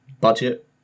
budget